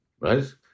right